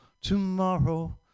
tomorrow